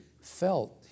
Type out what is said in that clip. felt